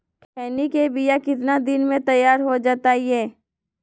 खैनी के बिया कितना दिन मे तैयार हो जताइए?